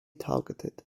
targeted